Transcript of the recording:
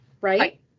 right